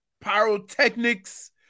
pyrotechnics